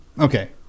Okay